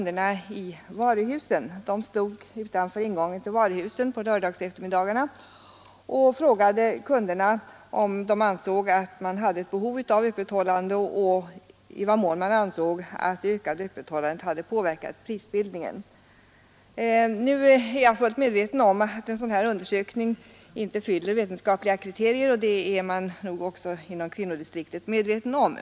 De stod utanför ingångarna till varuhusen på lördagseftermiddagarna och frågade kunderna om man ansåg att det fanns behov av söndagsöppethållande och om det ökade öppethållandet hade påverkat prisbildningen. Nu är jag fullt medveten om att en sådan här undersökning inte fyller vetenskapliga kriterier, och det är man nog också inom kvinnodistrikten medveten om.